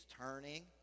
turning